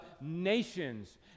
nations